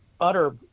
utter